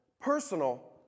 personal